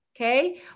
okay